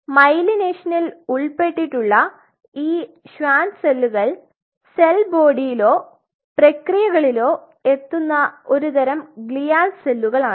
അതിനാൽ മൈലൈനേഷനിൽ ഉൾപ്പെട്ടിട്ടുള്ള ഈ ഷ്വാൻ സെല്ലുകൾ സെൽ ബോഡിയിലോ പ്രക്രിയകളിലോ എത്തുന്ന ഒരു തരം ഗ്ലിയൽ സെല്ലുകളാണ്